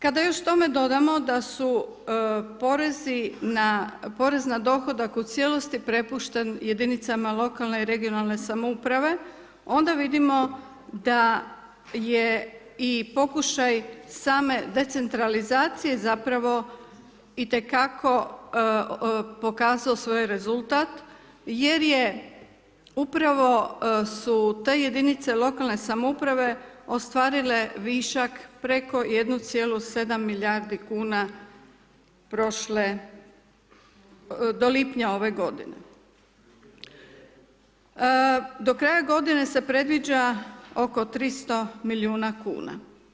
Kada još tome dodamo da su porez na dohodak u cijelosti propušten jedinicama lokalne i regionalne samouprave, onda vidimo da je i pokušaj same decentralizacije zapravo itekako pokazao svoj rezultat, jer je upravo su te jedinice lokalne samouprave ostvarile višak preko 1,7 milijardi kn prošle, do lipnja ove g. Do kraja g. se predviđa oko 300 milijuna kn.